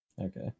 Okay